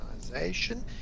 organization